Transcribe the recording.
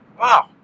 Wow